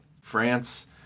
France